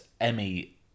Emmy